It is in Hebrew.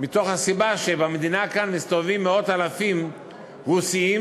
מהסיבה שבמדינה כאן מסתובבים עשרות אלפי רוסים